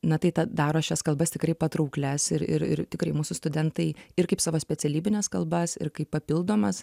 na tai tą daro šias kalbas tikrai patrauklias ir ir ir tikrai mūsų studentai ir kaip savo specialybines kalbas ir kaip papildomas